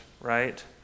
right